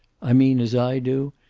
i mean as i do,